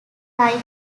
like